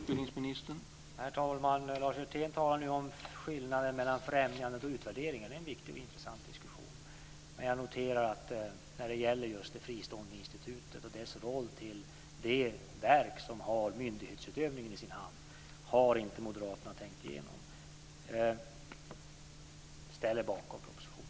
Herr talman! Lars Hjertén talar nu om skillnaden mellan främjandet och utvärderingen. Det är en viktig och intressant diskussion. Men jag noterar att moderaterna inte har tänkt igenom det fristående institutets roll i förhållande till det verk som har myndighetsutövningen i sin hand. Ställ er bakom propositionen!